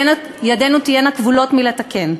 ידינו תהיינה כבולות מלתקן.